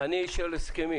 אני איש של הסכמים.